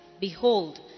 behold